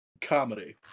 Comedy